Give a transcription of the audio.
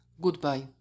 Goodbye